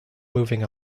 moving